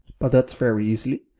but that's very easy.